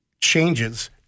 changes